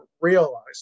realize